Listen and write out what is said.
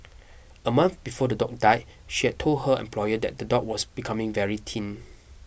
a month before the dog died she had told her employer that the dog was becoming very thin